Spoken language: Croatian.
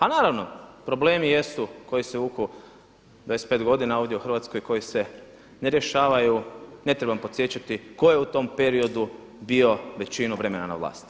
A naravno problemi jesu koji se vuku 25 godina ovdje u Hrvatskoj koji se ne rješavaju, ne trebam podsjećati ko je u tom periodu bio većinu vremena na vlasti.